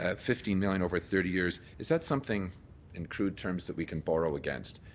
ah fifteen million over thirty years, is that something in crude terms that we can borrow against?